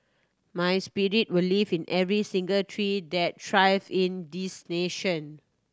my spirit will live in every single tree that thrives in this nation